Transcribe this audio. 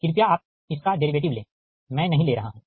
कृपया आप इसका डेरीवेटिव ले मैं नही ले रहा हूँ